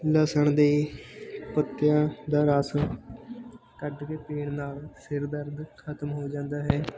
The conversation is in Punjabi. ਲਸਣ ਦੇ ਪੱਤਿਆਂ ਦਾ ਰਸ ਕੱਢ ਕੇ ਪੀਣ ਨਾਲ ਸਿਰ ਦਰਦ ਖਤਮ ਹੋ ਜਾਂਦਾ ਹੈ